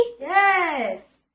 Yes